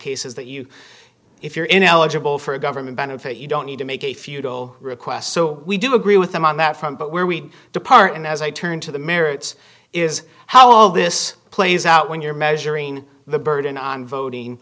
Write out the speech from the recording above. cases that you if you're ineligible for a government benefit you don't need to make a futile request so we do agree with them on that front but where we depart and as i turn to the merits is how all this plays out when you're measuring the burden on voting